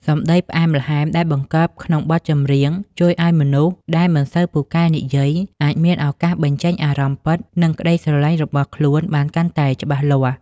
សម្តីផ្អែមល្ហែមដែលបង្កប់ក្នុងបទចម្រៀង ជួយឱ្យមនុស្សដែលមិនសូវពូកែនិយាយ អាចមានឱកាសបញ្ចេញអារម្មណ៍ពិត និងក្តីស្រឡាញ់របស់ខ្លួនបានកាន់តែច្បាស់លាស់។